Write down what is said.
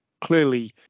clearly